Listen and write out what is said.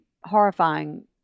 horrifying